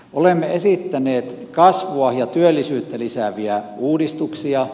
olemme esittäneet kasvua ja työllisyyttä lisääviä uudistuksia